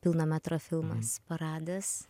pilno metro filmas paradas